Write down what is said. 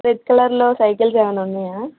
red colour లో cycles ఏవన్నా ఉన్నాయా